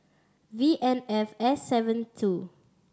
V N F S seven two